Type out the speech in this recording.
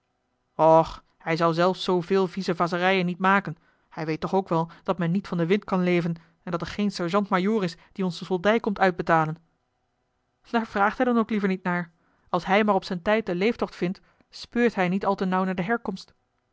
och hij zelf zou zooveel viezevazerijen niet maken hij weet toch ook wel dat men niet van den wind kan leven en dat er geen serjant majoor is die ons de soldij komt uitbetalen daar vraagt hij dan ook liever niet naar als hij maar op zijn tijd den leeftocht vindt speurt hij niet al te nauw naar de herkomst